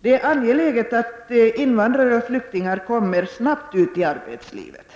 Det är angeläget att invandrare och flyktingar snabbt kommer ut i arbetslivet.